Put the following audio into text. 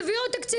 תביאו עוד תקציב,